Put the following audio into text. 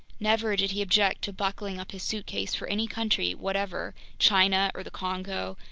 never did he object to buckling up his suitcase for any country whatever, china or the congo,